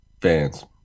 fans